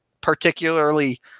particularly